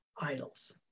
idols